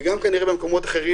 וגם כנראה במקומות אחרים,